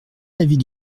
l’avis